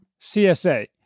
CSA